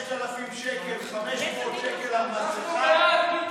5,000 שקל, 500 שקל על מסכה.